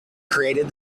created